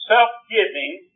Self-giving